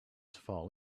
fall